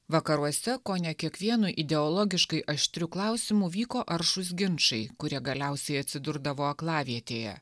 vakaruose kone kiekvienu ideologiškai aštriu klausimu vyko aršūs ginčai kurie galiausiai atsidurdavo aklavietėje